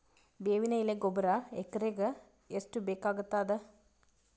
ಬೇವಿನ ಎಲೆ ಗೊಬರಾ ಎಕರೆಗ್ ಎಷ್ಟು ಬೇಕಗತಾದ?